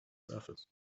surface